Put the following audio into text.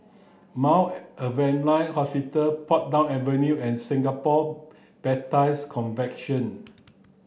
Mount Alvernia Hospital Portsdown Avenue and Singapore Baptist Convention